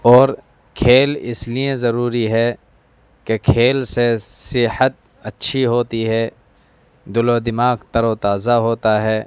اور کھیل اس لیے ضروری ہے کہ کھیل سے صحت اچھی ہوتی ہے دل و دماغ تر و تازہ ہوتا ہے